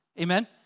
Amen